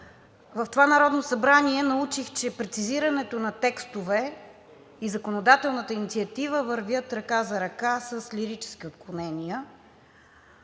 В това Народно събрание научих, че прецизирането на текстове и законодателната инициатива вървят ръка за ръка с лирически отклонения.